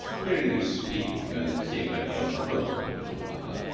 hearing you speak, and seeing nobody else in the room, went on the butler,